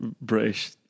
british